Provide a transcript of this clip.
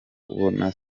kubona